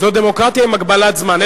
זו דמוקרטיה עם הגבלת זמן.